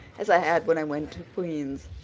as i had when i went to queen's.